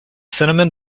cinnamon